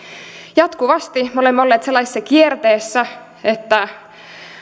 jatkuvasti me olemme olleet sellaisessa kierteessä että